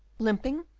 limping,